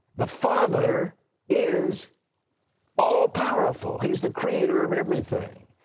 the father is all powerful. he's the creator of everything,